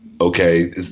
okay